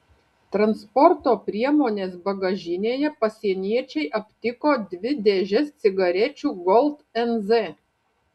transporto priemonės bagažinėje pasieniečiai aptiko dvi dėžes cigarečių gold nz